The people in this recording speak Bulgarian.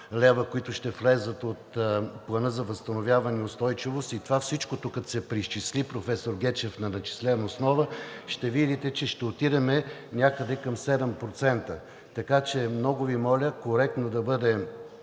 които ще влязат от Плана за възстановяване и устойчивост, и това всичко, като се преизчисли, професор Гечев, на начислена основа, ще видите, че ще отидем някъде към 7%. Така че много Ви моля коректно да бъдат